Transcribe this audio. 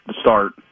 start